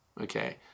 Okay